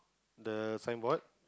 the signboard